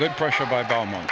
good pressure by belmont